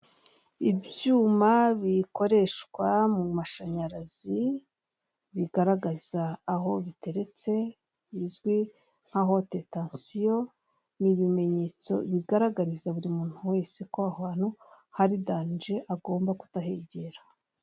Ibyuma bikoreshwa mu mashanyarazi bigaragaza aho biteretse, bizwi nka "hotetansiyo" ni ibimenyetso bigaragariza buri muntu wese ko aho hantu hari danje agomba kutahegera.